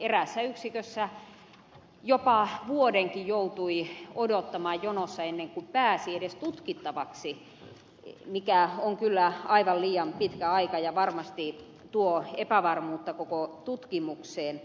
eräässä yksikössä jopa vuodenkin joutui odottamaan jonossa ennen kuin pääsi edes tutkittavaksi mikä on kyllä aivan liian pitkä aika ja varmasti tuo epävarmuutta koko tutkimukseen